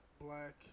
black